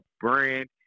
brand